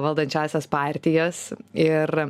valdančiąsias partijas ir